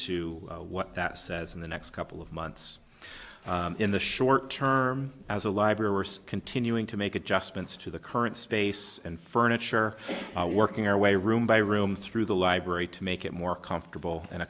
to what that says in the next couple of months in the short term as a library worse continuing to make adjustments to the current space and furniture working our way room by room through the library to make it more comfortable and